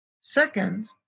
Second